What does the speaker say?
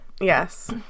Yes